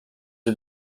are